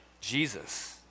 Jesus